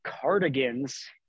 Cardigans